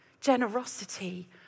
generosity